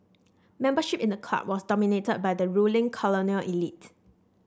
membership in the club was dominated by the ruling colonial elite